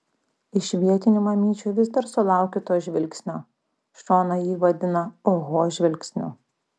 iš vietinių mamyčių vis dar sulaukiu to žvilgsnio šona jį vadina oho žvilgsniu